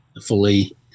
fully